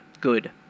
good